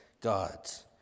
gods